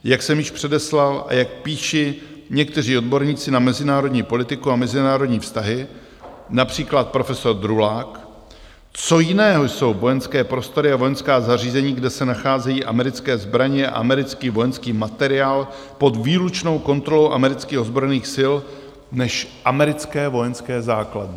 Jak jsem již předeslal a jak píší někteří odborníci na mezinárodní politiku a mezinárodní vztahy, například profesor Drulák: Co jiného jsou vojenské prostory a vojenská zařízení, kde se nacházejí americké zbraně a americký vojenský materiál pod výlučnou kontrolou amerických ozbrojených sil, než americké vojenské základny?